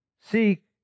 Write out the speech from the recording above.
Seek